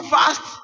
fast